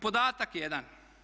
Podatak jedan.